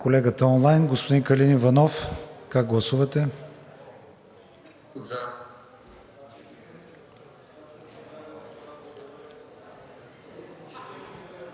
Колегата онлайн, господин Калин Иванов, как гласувате?